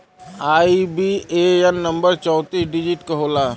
IBAN नंबर चौतीस digit क होला